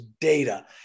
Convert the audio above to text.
data